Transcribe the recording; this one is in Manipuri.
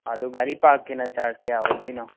ꯑꯗꯣ ꯒꯥꯔꯤ ꯄꯥꯛꯀꯤꯅ ꯆꯥꯔꯖ ꯀꯌꯥ ꯑꯣꯏꯗꯣꯏꯅꯣ